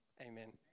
amen